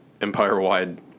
empire-wide